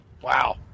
Wow